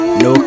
no